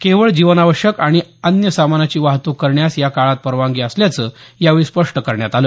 केवळ जीवनावश्यक आणि अन्य सामानाची वाहतूक करण्यास या काळात परवानगी असल्याचं यावेळी स्पष्ट करण्यात आलं